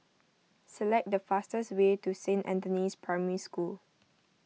select the fastest way to Saint Anthony's Primary School